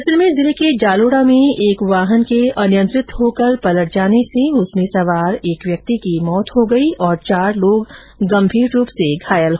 जैसलमेर जिले के जालोड़ा में एक वाहन के अनियंत्रित होकर पलट जाने से उसमें सवार एक व्यक्ति की मौत हो गई और चार लोग गंभीर रूप से घायल हो गए